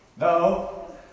No